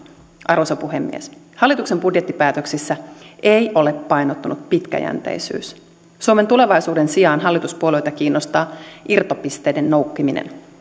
arvoisa puhemies hallituksen budjettipäätöksissä ei ole painottunut pitkäjänteisyys suomen tulevaisuuden sijaan hallituspuolueita kiinnostaa irtopisteiden noukkiminen